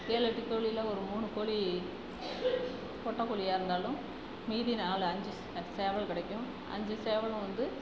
ஏழு எட்டு கோழியில ஒரு மூணு கோழி பொட்டைக் கோழியாக இருந்தாலும் மீதி நாலு அஞ்சு சேவல் கிடைக்கும் அஞ்சு சேவலும் வந்து